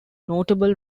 notable